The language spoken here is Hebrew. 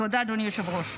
תודה, אדוני היושב-ראש.